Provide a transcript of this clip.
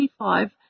25